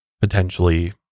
potentially